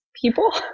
people